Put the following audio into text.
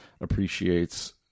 appreciates